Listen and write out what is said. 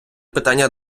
питання